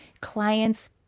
clients